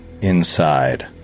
inside